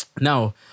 Now